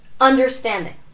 understanding